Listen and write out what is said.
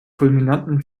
fulminanten